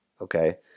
okay